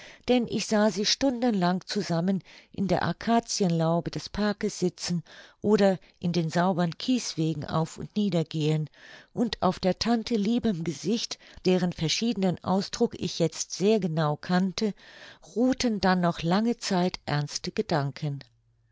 denn ich sah sie stundenlang zusammen in der akazienlaube des parkes sitzen oder in den saubern kieswegen auf und nieder gehen und auf der tante liebem gesicht deren verschiedenen ausdruck ich jetzt sehr genau kannte ruhten dann noch lange zeit ernste gedanken